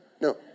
No